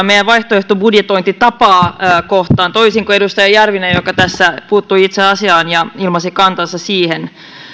meidän vaihtoehtobudjetointitapaamme kohtaan toisin kuin edustaja järvinen joka tässä puuttui itse asiaan ja ilmaisi kantansa siihen